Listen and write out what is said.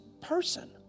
person